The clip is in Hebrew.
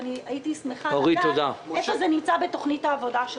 והייתי שמחה לדעת איפה זה נמצא בתוכנית העבודה שלך.